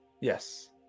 Yes